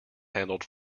handled